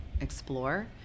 explore